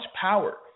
power